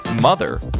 Mother